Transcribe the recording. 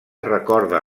recorda